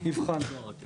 נבחן.